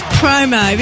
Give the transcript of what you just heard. promo